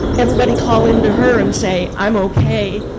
everybody call into her and say, i'm okay.